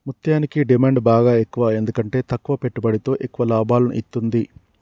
ముత్యనికి డిమాండ్ బాగ ఎక్కువ ఎందుకంటే తక్కువ పెట్టుబడితో ఎక్కువ లాభాలను ఇత్తుంది